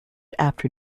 after